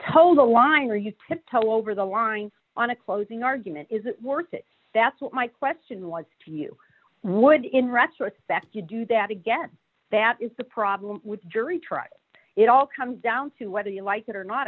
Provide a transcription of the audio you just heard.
the line or used to over the line on a closing argument is it worth it that's what my question was to you would in retrospect you do that again that is the problem with jury trial it all comes down to whether you like it or not